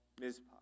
Mizpah